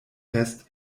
fest